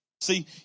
See